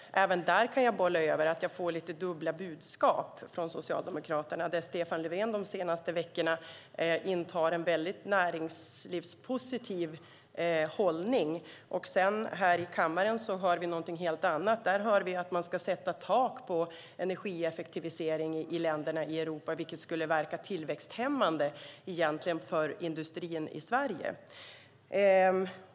Jag får lite dubbla budskap från Socialdemokraterna. Stefan Löfven har de senaste veckorna intagit en näringslivspositiv hållning, men här i kammaren hör vi något helt annat. Här hör vi att man ska sätta tak på energieffektivisering i länderna i Europa, vilket skulle verka tillväxthämmande för industrin i Sverige.